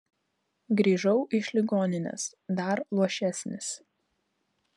grįžau iš ligoninės dar luošesnis